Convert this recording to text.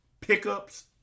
pickups